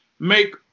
make